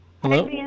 Hello